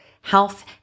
health